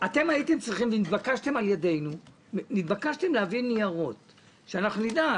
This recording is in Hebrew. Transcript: הייתם צריכים ונתבקשתם על ידינו להביא ניירות שנדע.